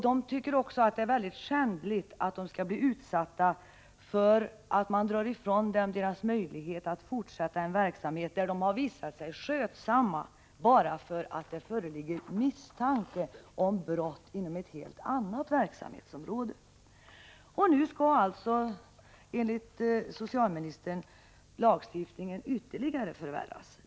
De tycker också att det är skändligt att de skall bli utsatta för att man drar ifrån dem deras möjlighet att fortsätta en verksamhet där de har visat sig skötsamma, bara därför att det föreligger misstanke om brott inom ett helt annat verksamhetsområde. Nu skall alltså lagstiftningen enligt socialministern ytterligare förvärras.